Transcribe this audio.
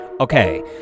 Okay